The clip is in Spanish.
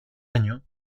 año